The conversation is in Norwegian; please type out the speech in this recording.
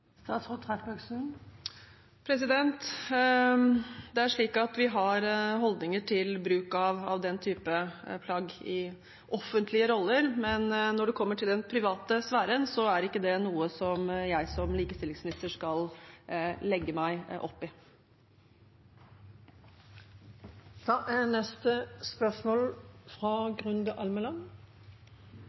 Det er slik at vi har holdninger til bruk av den type plagg i offentlige roller, men når det gjelder den private sfæren, er ikke det noe jeg som likestillingsminister skal legge meg opp i. Statsråden innledet sitt innlegg med å fortelle salen at likestillingsarbeidet har stått stille de siste årene. Da er